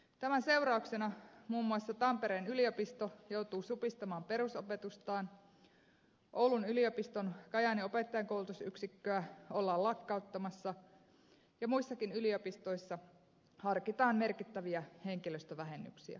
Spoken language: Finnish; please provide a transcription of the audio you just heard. tämän seurauksena muun muassa tampereen yliopisto joutuu supistamaan perusopetustaan oulun yliopiston kajaanin opettajankoulutusyksikköä ollaan lakkauttamassa ja muissakin yliopistoissa harkitaan merkittäviä henkilöstövähennyksiä